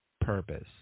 purpose